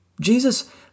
Jesus